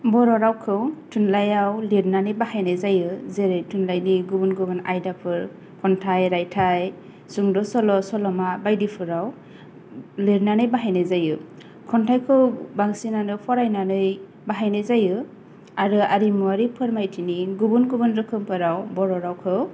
बर' रावखौ थुनलाइआव लिरनानै बाहायनाय जायो जेरै थुनलाइनि गुबुन गुबुन आयदाफोर खन्थाइ रायथाय सुंद' सल' सल'मा बायदिफोराव लिरनानै बाहायनाय जायो खन्थाइखौ बांसिनानो फरायनानै बाहायनाय जायो आरो आरिमुआरि फोरमायथिनि गुबुन गुबुन रोखोमफोराव बर' रावखौ